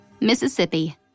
Mississippi